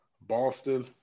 Boston